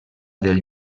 del